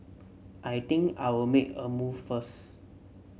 I think I'll make a move first